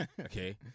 Okay